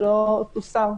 לא תוסר.